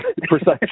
precisely